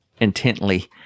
intently